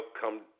come